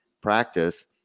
practice